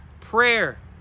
prayer